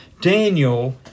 Daniel